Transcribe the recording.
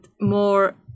more